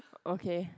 okay